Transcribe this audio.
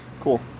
Cool